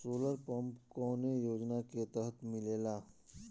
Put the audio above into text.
Solar pump कौने योजना के तहत मिलेला?